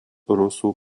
rusų